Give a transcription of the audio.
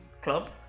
Club